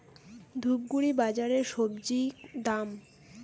ধূপগুড়ি বাজারের স্বজি দাম?